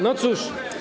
No cóż.